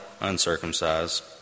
uncircumcised